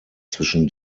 zwischen